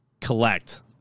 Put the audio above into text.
collect